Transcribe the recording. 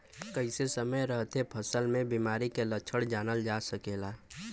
कइसे समय रहते फसल में बिमारी के लक्षण जानल जा सकेला?